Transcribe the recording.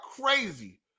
crazy